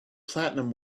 platinum